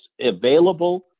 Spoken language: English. available